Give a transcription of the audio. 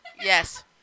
Yes